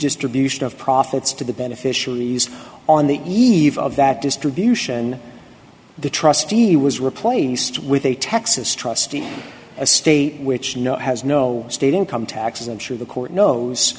distribution of profits to the beneficiaries on the eve of that distribution the trustee was replaced with a texas trustee a state which has no state income taxes i'm sure the court knows